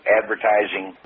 advertising